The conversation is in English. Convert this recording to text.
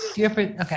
okay